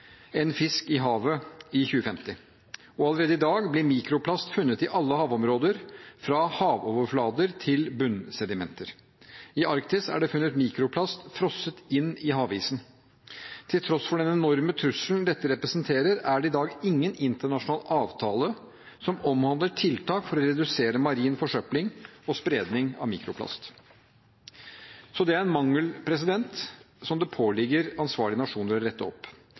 fisk i havet i 2050. Allerede i dag blir mikroplast funnet i alle havområder, fra havoverflater til bunnsedimenter. I Arktis er det funnet mikroplast frosset inn i havisen. Til tross for den enorme trusselen dette representerer, er det i dag ingen internasjonal avtale som omhandler tiltak for å redusere marin forsøpling og spredning av mikroplast. Dette er en mangel som det påligger ansvarlige nasjoner å rette opp.